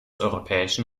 europäischen